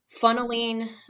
funneling